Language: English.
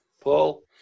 Paul